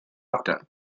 after